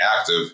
active